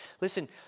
Listen